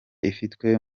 ifitwe